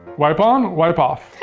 wipe on, wipe off.